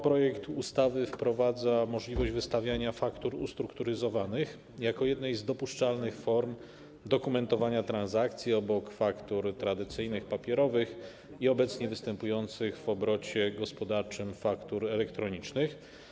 Projekt ustawy wprowadza możliwość wystawiania faktur ustrukturyzowanych jako jednej z dopuszczalnych form dokumentowania transakcji obok faktur tradycyjnych, papierowych i obecnie występujących w obrocie gospodarczym faktur elektronicznych.